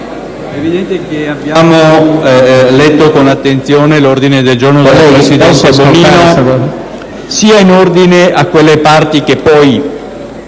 Presidente, abbiamo letto con attenzione l'ordine del giorno G8 della senatrice Bonino, sia in ordine a quelle parti che poi